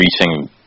reaching